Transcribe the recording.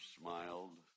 smiled